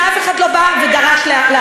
ואף אחד לא בא ודרש להרוס.